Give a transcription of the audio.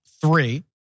three